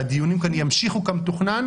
והדיונים כאן ימשיכו כמתוכנן.